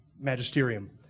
magisterium